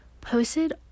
posted